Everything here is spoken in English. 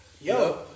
yo